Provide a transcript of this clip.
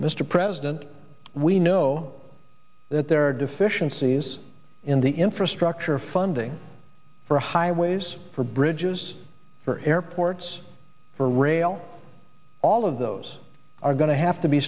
and mr president we know that there are deficiencies in the infrastructure funding for highways for bridges for airports for rail all of those are going to have to be